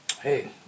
Hey